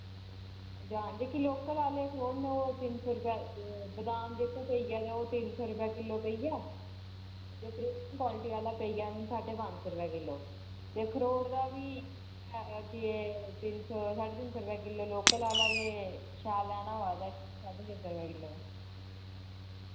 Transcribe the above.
जां जेह्की लोकल आह्ले अखरोट न ओह् तिन सो रपेआ बदाम जेह्का पेइया ते ओह् तिन सो रपेआ पेइया ते प्रीमियम क्वालिटी आह्ला पेई जान साड्डे पंज सो रपे किल्लो ते खरोड़ दा बी ऐ के तिन सो साड्डे तिन सो रपेआ किल्लो लोकल आह्ला ते शैल लैना होऐ ते साड्डे छे सो रपेआ किल्लो